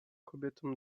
kobietom